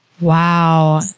Wow